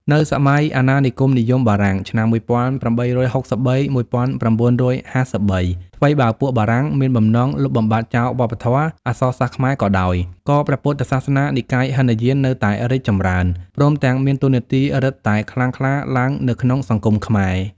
នៅសម័យអាណានិគមនិយមបារាំង (ឆ្នាំ ១៨៦៣-១៩៥៣) ថ្វីបើពួកបារាំង មានបំណងលុបបំបាត់ចោលវប្បធម៌ អក្សរសាស្ត្រខ្មែរក៏ដោយ ក៏ព្រះពុទ្ធសាសនា និកាយហីនយាននៅតែរីកចម្រើន ព្រមទាំងមានតួនាទីរឹតតែខ្លាំងក្លាឡើងនៅក្នុងសង្គម ខ្មែរ ។